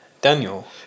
Daniel